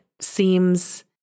seems